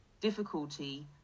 difficulty